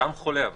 גם חולה.